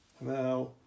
Now